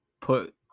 put